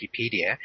Wikipedia